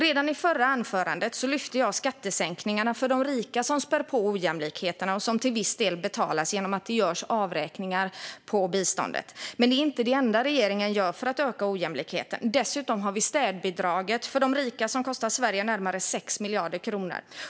Redan i mitt förra anförande lyfte jag fram skattesänkningarna för de rika, som spär på ojämlikheterna och som till viss del betalas genom att det görs avräkningar på biståndet. Men det är inte det enda som regeringen gör för att öka ojämlikheten. Dessutom har vi städbidraget för de rika, som kostar Sverige närmare 6 miljarder kronor.